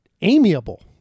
amiable